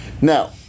Now